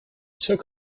took